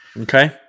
Okay